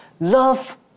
Love